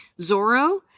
Zorro